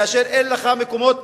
כאשר אין לך מקומות,